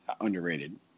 underrated